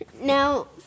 Now